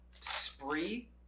Spree